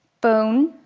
bone,